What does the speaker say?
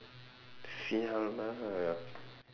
sia lah